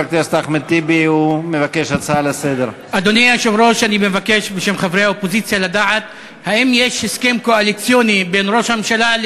בבקשה, אדוני השר, אני מבקש, משפט המחץ לסיכום.